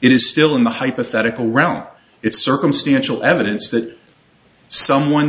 it is still in the hypothetical realm it's circumstantial evidence that someone